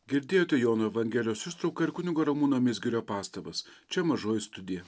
girdėjote jono evangelijos ištrauką ir kunigo ramūno mizgirio pastabas čia mažoji studija